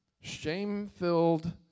shame-filled